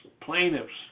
plaintiffs